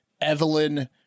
Evelyn